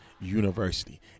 University